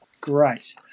Great